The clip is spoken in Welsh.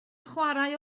chwarae